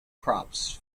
crops